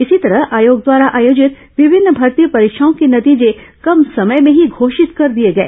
इसी तरह आयोग द्वारा आयोजित विभिन्न भर्ती परीक्षाओं के नतीजे कम समय में ही घोषित कर दिए गए